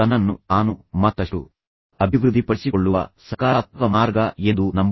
ತನ್ನನ್ನು ತಾನು ಮತ್ತಷ್ಟು ಅಭಿವೃದ್ಧಿಪಡಿಸಿಕೊಳ್ಳುವ ಸಕಾರಾತ್ಮಕ ಮಾರ್ಗ ಎಂದು ನಂಬುತ್ತಾರೆ